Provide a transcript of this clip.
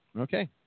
Okay